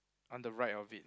on the right of it